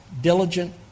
diligent